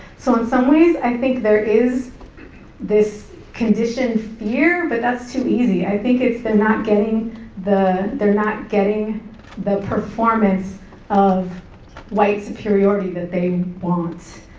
so, in some ways, i think there is this conditioned fear, but that's too easy. i think it's the not getting the, they're not getting the performance of white superiority that they want,